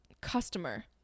customer